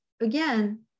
again